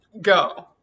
go